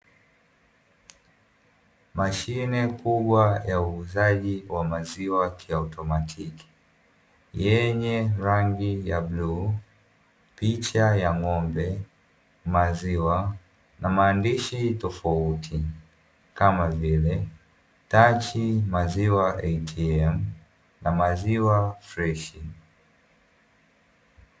Mashine kubwa ya uuzaji wa maziwa kiotomatiki yenye rangi ya bluu, picha ya ng'ombe, maziwa na maandishi tofauti kama vile "Tanchi maziwa Atm" na maziwa freshi.